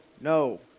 no